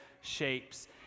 shapes